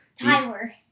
Tyler